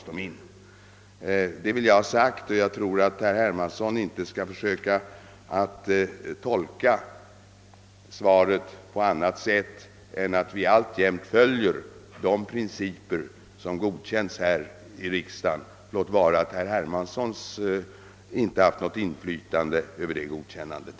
Detta vill jag ha sagt, och herr Hermansson skall inte försöka tolka svaret på annat sätt än att vi alltjämt följer de principer som godkänts här i riksdagen — låt vara att herr Hermanssons parti inte har haft något inflytande över det godkännandet.